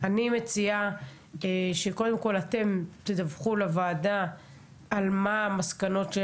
אני מציעה שקודם כל אתם תדווחו לוועדה על מה המסקנות.